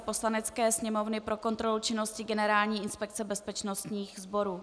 Poslanecké sněmovny pro kontrolu činnosti Generální inspekce bezpečnostních sborů